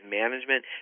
management